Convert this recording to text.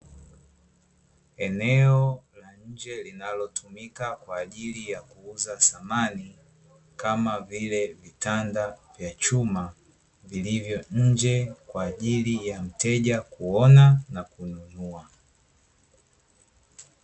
Eneo la nje, linalotumika kwa ajili ya kuuza samani kama vile; vitanda vya chuma vilivyo nje kwa ajili ya mteja kuona na kununua .